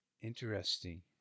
Interesting